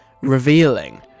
Revealing